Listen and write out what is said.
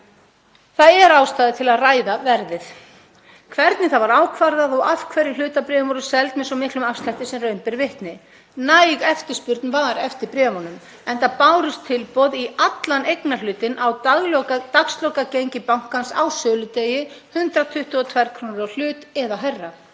Það er ástæða til að ræða verðið, hvernig það var ákvarðað og af hverju hlutabréfin voru seld með svo miklum afslætti sem raun ber vitni. Næg eftirspurn var eftir bréfunum enda bárust tilboð í allan eignarhlutinn á dagslokagengi bankans á söludegi, 122 kr. á hlut eða hærra.